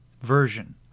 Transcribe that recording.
version